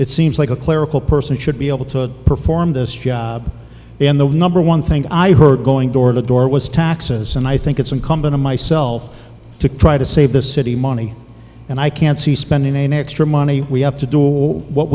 seems like a clerical person should be able to perform this job and the number one thing i heard going door to door was taxes and i think it's incumbent on myself to try to save the city money and i can't see spending extra money we have to do what